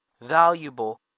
valuable